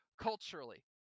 culturally